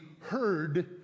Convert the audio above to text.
heard